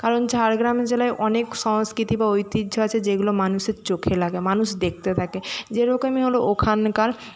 কারণ ঝাড়গ্রাম জেলায় অনেক সংস্কৃতি বা ঐতিহ্য আছে যেগুলো মানুষের চোখে লাগে মানুষ দেখতে থাকে যেরকমই হল ওখানকার